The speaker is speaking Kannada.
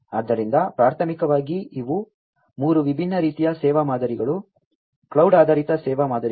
ಆದ್ದರಿಂದ ಪ್ರಾಥಮಿಕವಾಗಿ ಇವು ಮೂರು ವಿಭಿನ್ನ ರೀತಿಯ ಸೇವಾ ಮಾದರಿಗಳು ಕ್ಲೌಡ್ ಆಧಾರಿತ ಸೇವಾ ಮಾದರಿಗಳು